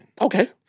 Okay